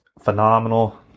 phenomenal